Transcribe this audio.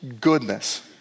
goodness